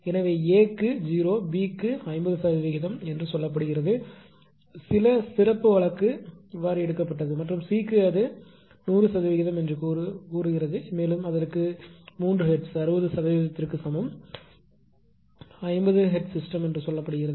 எனவே A க்கு 0 B க்கு 50 சதவிகிதம் என்று சொல்லப்படுகிறது சில சிறப்பு வழக்கு எடுக்கப்பட்டது மற்றும் C க்கு அது 100 சதவீதம் என்று கூறுகிறது மேலும் அதற்கு 3 ஹெர்ட்ஸ் 60 சதவீதத்திற்கு சமம் 50 ஹெர்ட்ஸ் சிஸ்டம் என்று சொல்லப்படுகிறது